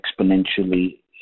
exponentially